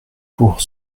pour